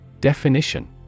Definition